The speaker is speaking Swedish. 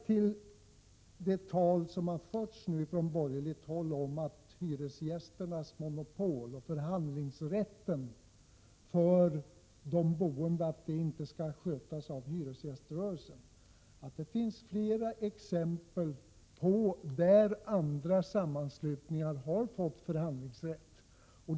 Till det tal som nu förs från borgerligt håll om hyresgäströrelsens monopol och om att förhandlingarna för de boende inte skall skötas av hyresgäströrelsen vill jag säga att det finns flera exempel på att andra sammanslutningar har fått förhandlingsrätten.